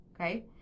okay